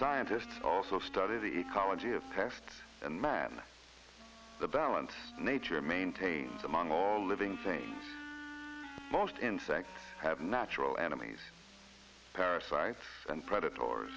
scientists also study the ecology of pest and man the balance nature maintains among all living things most insects have natural enemies parasites and predatory